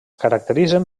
caracteritzen